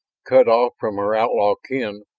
cut off from her outlaw kin,